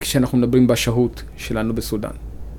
כשאנחנו מדברים בשהות שלנו בסודאן.